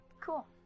Cool